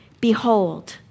behold